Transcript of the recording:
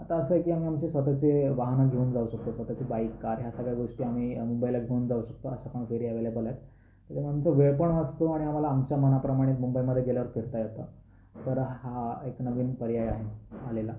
आता असं आहे की आम्ही आमचे स्वतःचे वाहन घेऊन जाऊ शकतो स्वतःची बाईक कार ह्या सगळ्या गोष्टी आम्ही मुंबईला घेऊन जाऊ शकतो असं पण फेरी अवैलेबल आहेत त्याच्यानंतर वेळ पण वाचतो आणि आम्हाला आमच्या मनाप्रमाणे मुंबईमध्ये गेल्यावर फिरता येतं तर हा एक नवीन पर्याय आहे आलेला